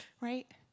right